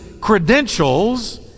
credentials